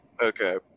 Okay